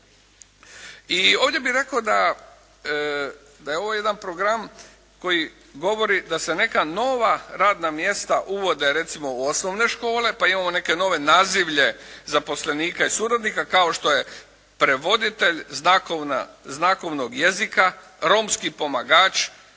I ovdje bih rekao da je ovo jedan program koji govori da se neka nova radna mjesta uvode recimo u osnovne škole, pa imamo neke nazivlje zaposlenika i suradnika, kao što je prevoditelj znakovnog jezika, romski pomagač,